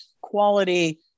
quality